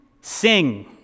sing